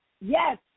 Yes